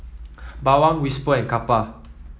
Bawang Whisper and Kappa